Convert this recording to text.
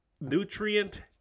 nutrient